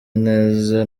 neza